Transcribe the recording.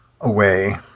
away